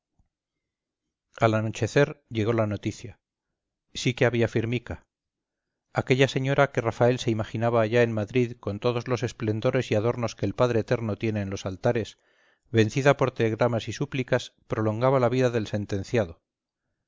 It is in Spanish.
al anochecer llegó la noticia sí que había firmica aquella señora que rafael se imaginaba allá en madrid con todos los esplendores y adornos que el padre eterno tiene en los altares vencida por telegramas y súplicas prolongaba la vida del sentenciado